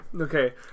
Okay